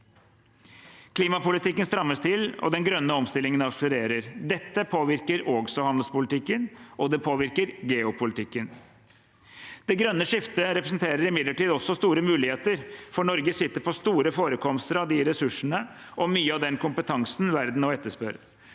Klimapolitikken strammes til, og den grønne omstillingen akselererer. Dette påvirker også handelspolitikken, og det påvirker geopolitikken. Det grønne skiftet representerer imidlertid også store muligheter fordi Norge sitter på store forekomster av de ressursene og mye av den kompetansen verden nå etterspør.